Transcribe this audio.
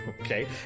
Okay